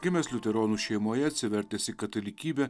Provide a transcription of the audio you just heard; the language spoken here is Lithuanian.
gimęs liuteronų šeimoje atsivertęs į katalikybę